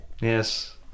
Yes